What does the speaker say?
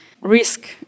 risk